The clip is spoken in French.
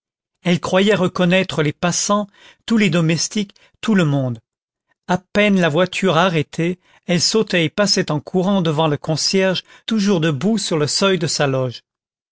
elle croyait reconnaître les passants tous les domestiques tout le monde a peine la voiture arrêtée elle sautait et passait en courant devant le concierge toujours debout sur le seuil de sa loge